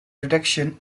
reduction